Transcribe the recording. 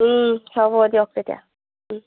হ'ব দিয়ক তেতিয়া